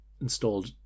installed